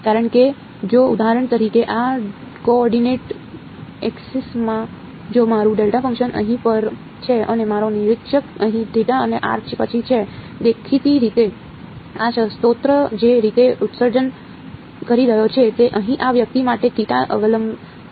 કારણ કે જો ઉદાહરણ તરીકે આ કોઓર્ડિનેટ ઍક્સિસ માં જો મારું ડેલ્ટા ફંક્શન અહીં પર છે અને મારો નિરીક્ષક અહીં અને r પછી છે દેખીતી રીતે આ સ્ત્રોત જે રીતે ઉત્સર્જન કરી રહ્યો છે તે અહીં આ વ્યક્તિ માટે થીટા અવલંબન છે